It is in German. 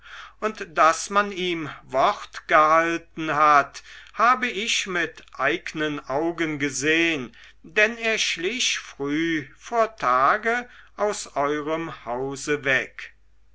und daß man ihm wort gehalten hat habe ich mit eignen augen gesehen denn er schlich früh vor tage aus eurem hause hinweg